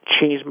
change